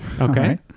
Okay